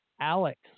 Alex